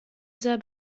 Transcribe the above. sehr